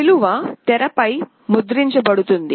విలువ తెరపై ముద్రించబడుతుంది